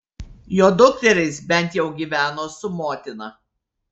jo dukterys bent jau gyveno su motina